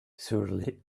surrey